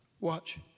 Watch